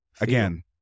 again